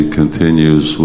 continues